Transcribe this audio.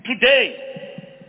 today